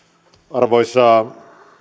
arvoisa herra